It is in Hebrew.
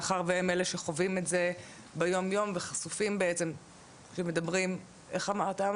מאחר והם אלה שחווים את זה ביומיום וחשופים בעצם שמדברים איך אמרת?